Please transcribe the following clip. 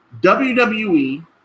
WWE –